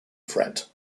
threat